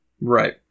right